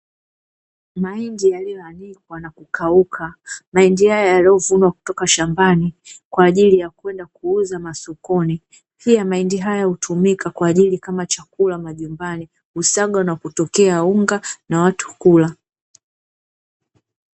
Mahindi yaliyoandikwa na kukauka, mahindi haya yaliyosombwa kutoka shambani, kwaajili ya kwenda kuuzwa masokoni, pia mahindi haya hutumika kama chakula majumbani husagwa na kutokea unga na watu hula.